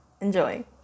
Enjoy